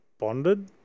Bonded